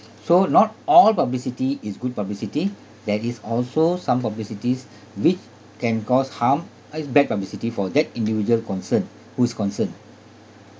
so not all publicity is good publicity there is also some publicities which can cause harm uh is bad publicity for that individual concerned who is concerned